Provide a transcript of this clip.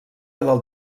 del